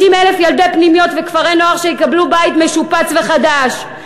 30,000 ילדי פנימיות וכפרי-נוער שיקבלו בית משופץ וחדש,